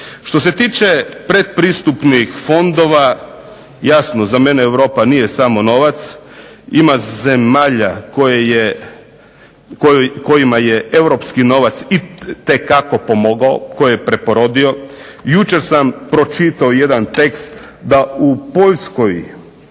Što se tiče pretpristupnih fondova, jasno za mene Europa nije samo novac, ima zemalja kojima je Europski novac itekako pomogao, koje je preporodio. Jučer sam pročitao jedan tekst da u Poljskoj